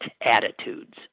attitudes